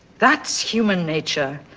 that's human nature.